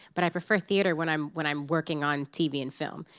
but i prefer theater when i'm when i'm working on tv and film.